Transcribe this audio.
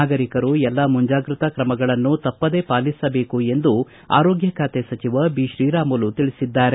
ನಾಗರಿಕರು ಎಲ್ಲಾ ಮುಂಜಾಗ್ಟತಾ ಕ್ರಮಗಳನ್ನು ತಪ್ಪದೆ ಪಾಲಿಸಬೇಕು ಎಂದು ಆರೋಗ್ಟ ಸಚಿವ ಬಿತ್ರೀರಾಮುಲು ತಿಳಿಸಿದ್ದಾರೆ